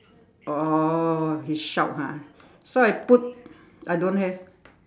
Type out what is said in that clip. oh he shout ha so I put I don't have